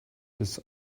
ist